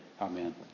Amen